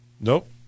nope